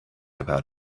about